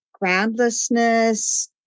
groundlessness